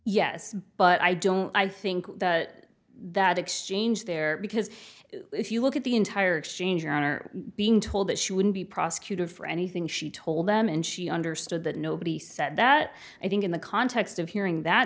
yes but i don't i think that that exchange there because if you look at the entire exchange you're on are being told that she wouldn't be prosecuted for anything she told them and she understood that nobody said that i think in the context of hearing that